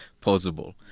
possible